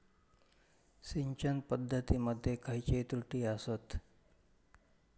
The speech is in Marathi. सिंचन पद्धती मध्ये खयचे त्रुटी आसत?